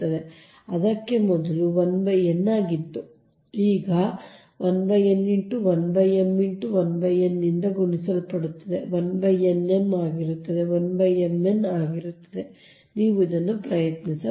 ಆದ್ದರಿಂದ ಅದಕ್ಕೇ ಮೊದಲು ಅದು 1 n ಆಗಿತ್ತು ಈಗ ಅದು ನಿಮ್ಮ 1 n × 1 m × 1 n ನಿಂದ ಗುಣಿಸಲ್ಪಡುತ್ತದೆ ಅದು 1n m ಆಗಿರುತ್ತದೆ ಅದು 1 m n ಆಗಿರುತ್ತದೆ ನೀವೇ ಪ್ರಯತ್ನಿಸಿ